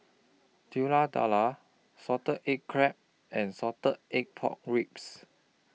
Telur Dadah Salted Egg Crab and Salted Egg Pork Ribs